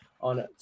on